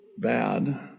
bad